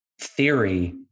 theory